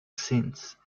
since